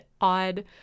odd